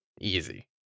Easy